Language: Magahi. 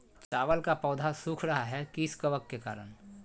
चावल का पौधा सुख रहा है किस कबक के करण?